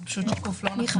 זה פשוט שיקוף לא נכון.